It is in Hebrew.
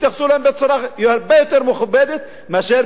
התייחסו אליהם בצורה הרבה יותר מכובדת מאשר